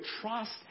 trust